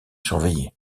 surveillée